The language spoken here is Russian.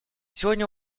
сегодня